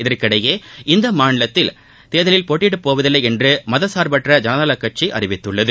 இதற்கிடையே இந்த மாநிலத்தில் தேர்தலில் போட்டியிடப்போவதில்லை என்று மசத்சா்பற்ற ஜனதா தளக் கட்சி அறிவித்துள்ளது